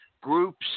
groups